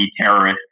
terrorist